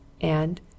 and—